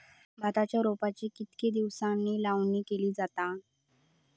भाताच्या रोपांची कितके दिसांनी लावणी केली जाता?